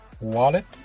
Wallet